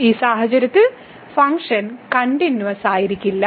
ഈ സാഹചര്യത്തിൽ ഫംഗ്ഷൻ കണ്ടിന്യൂവസ്സായിരിക്കില്ല